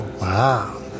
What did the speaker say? Wow